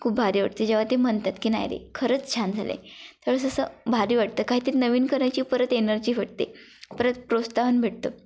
खूप भारी वाटते जेव्हा ते म्हणतात की नाही रे खरंच छान झालं आहे थोडंसं असं भारी वाटतं काहीतरी नवीन करायची परत एनर्जी भेटते परत प्रोत्साहन भेटतं